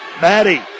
Maddie